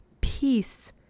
peace